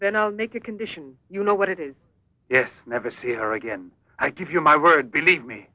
then i'll make a condition you know what it is yes never see her again i give you my word believe me